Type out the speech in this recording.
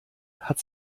hat